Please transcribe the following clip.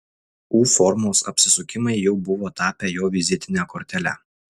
u formos apsisukimai jau buvo tapę jo vizitine kortele